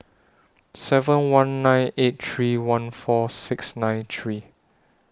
seven one nine eight three one four six nine three